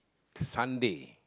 Sunday